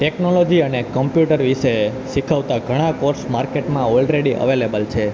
technology અને computer વિશે શીખવતા ઘણા કોર્સ માર્કેટમાં ઓલરેડી અવેલેબલ છે